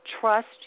trust